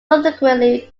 subsequently